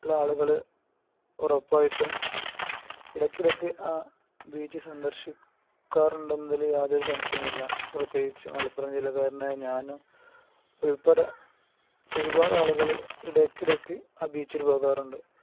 ഉള്ള ആളുകള് ഉറപ്പായിട്ടും ഇടയ്ക്കിടയ്ക്ക് ആ ബീച്ച് സന്ദർശിക്കാറുണ്ടെന്നതില് യാതൊരു സംശയവുമില്ല പ്രത്യേകിച്ച് മലപ്പുറം ജില്ലക്കാരനായ ഞാനും ഉൾപ്പെടെ ഒരുപാട് ആളുകള് ഇടയ്ക്കിടയ്ക്ക് ആ ബീച്ചിൽ പോകാറുണ്ട്